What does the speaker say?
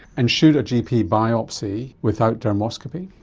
and should a gp biopsy without dermoscopy?